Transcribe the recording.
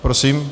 Prosím.